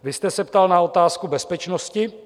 Vy jste se ptal na otázku bezpečnosti.